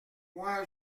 moi